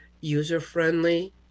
user-friendly